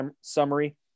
summary